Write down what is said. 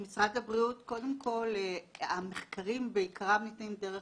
במשרד הבריאות קודם כל המחקרים בעיקרם נעשים דרך